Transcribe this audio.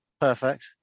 Perfect